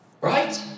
Right